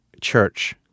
church